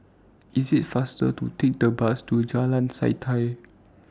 IT IS faster to Take The Bus to Jalan Setia